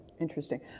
Interesting